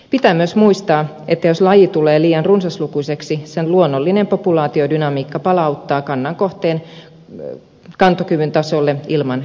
pitää myös muistaa että jos laji tulee liian runsaslukuiseksi sen luonnollinen populaatiodynamiikka palauttaa kannan kohteen kantokyvyn tasolle ilman ihmistäkin